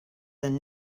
than